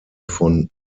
von